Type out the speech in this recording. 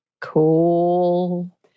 cool